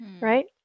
right